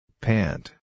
Pant